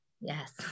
Yes